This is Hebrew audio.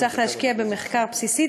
צריך להשקיע במחקר בסיסי,